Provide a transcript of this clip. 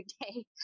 day